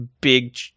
big